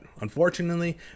unfortunately